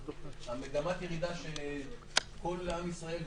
מגמת הירידה של כל עם ישראל,